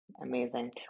Amazing